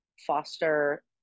foster